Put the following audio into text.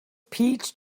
peach